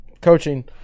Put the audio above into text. coaching